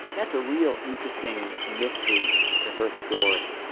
that's a real interesting mystery to her story.